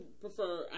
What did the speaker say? prefer